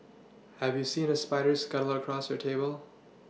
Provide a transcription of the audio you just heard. have you seen a spider scuttle across your table